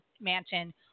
Mansion